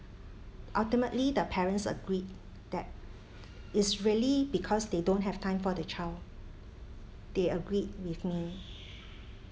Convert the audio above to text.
ultimately the parents agreed that is really because they don't have time for the child they agreed with me